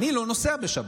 אני לא נוסע בשבת.